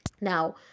Now